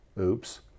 Oops